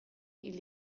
hil